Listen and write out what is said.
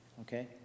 okay